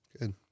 Good